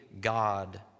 God